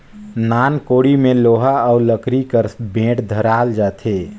नान कोड़ी मे लोहा अउ लकरी कर बेठ धराल जाथे